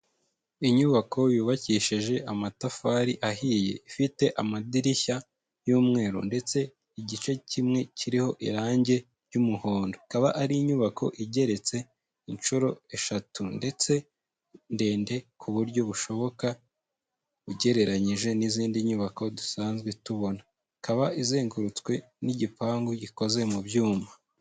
Inyubako y'ubakishije amatafari ahiye ifite amadirishya y'umweru ndetse igice kimwe kiriho irangi ry'umuhondo, ikaba ari inyubako igeretse inshuro eshatu ndetse ndende ku buryo bushoboka ugereranyije n'izindi nyubako dusanzwe tubona, ikaba izengurutswe n'igipangu gikoze mu byuma.